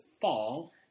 fall